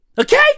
Okay